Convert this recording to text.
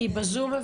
היא בזום?